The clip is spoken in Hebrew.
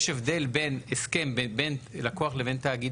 יש הבדל בין הסכם בין לקוח לבין תאגיד